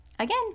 again